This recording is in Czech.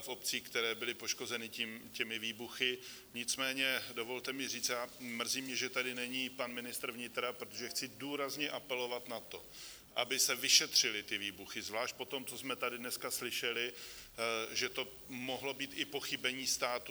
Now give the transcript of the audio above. v obcích, které byly poškozeny těmi výbuchy, nicméně dovolte mi říct a mrzí mě, že tady není pan ministr vnitra, protože chci důrazně apelovat na to, aby se vyšetřily ty výbuchy, zvlášť po tom, co jsme tady dneska slyšeli že to mohlo být i pochybení státu.